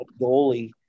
goalie